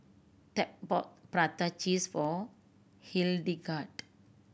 Tab bought prata cheese for Hildegard